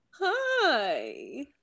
Hi